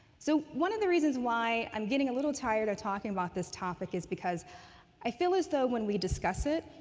so, one of the reasons why i'm getting a little tired of talking about this topic is because i feel as though when we discuss it,